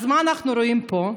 אז מה אנחנו רואים פה?